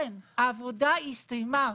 כן, העבודה המשפטית הסתיימה.